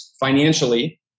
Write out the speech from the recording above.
financially